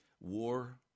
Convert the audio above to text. War